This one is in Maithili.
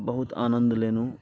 बहुत आनन्द लेलहुँ